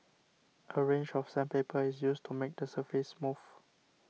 a range of sandpaper is used to make the surface smooth